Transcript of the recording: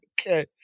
Okay